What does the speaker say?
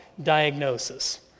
diagnosis